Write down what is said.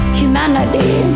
humanity